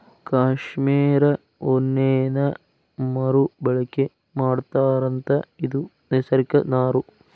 cashmere ಉಣ್ಣೇನ ಮರು ಬಳಕೆ ಮಾಡತಾರಂತ ಇದು ನೈಸರ್ಗಿಕ ನಾರು